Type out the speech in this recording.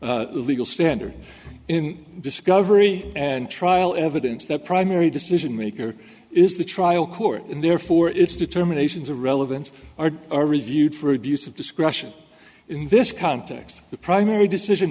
legal standard in discovery and trial evidence that primary decision maker is the trial court and therefore it's determinations of relevance are are reviewed for abuse of discretion in this context the primary decision